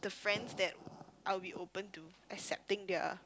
the friends that I would be open to accepting their